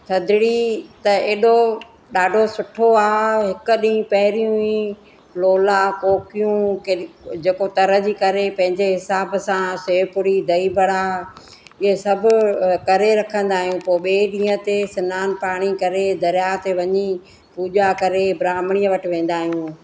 थधिड़ी त एॾो ॾाढो सुठो आहे हिकु ॾींहुं पहिरियों ई लोला कोकियूं जेको तरिजी करे पंहिंजे हिसाब सां सेव पूरी दही बडा इहे सभु तरे रखंदा आहियूं पोइ ॿिए ॾींहं ते सनानु पाणी करे दरिया ते वञी पूॼा करे ब्राह्मनीअ वटि वेंदा आहियूं